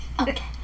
Okay